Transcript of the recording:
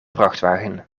vrachtwagen